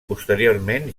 posteriorment